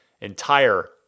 entire